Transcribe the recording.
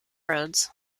rhodes